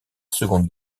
seconde